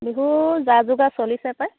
বিহু যা যোগাৰ চলিছে পায়